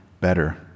better